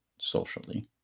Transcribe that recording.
socially